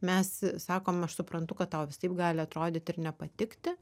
mes sakom aš suprantu kad tau visaip gali atrodyti ir nepatikti